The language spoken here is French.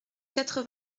quatre